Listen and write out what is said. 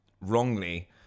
wrongly